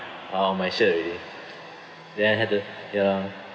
all on my shirt already then I had to ya